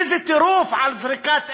איזה טירוף, על זריקת אבן,